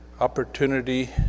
opportunity